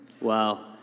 Wow